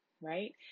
Right